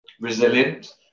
resilient